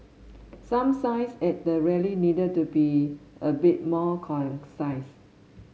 some signs at the rally needed to be a bit more